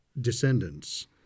descendants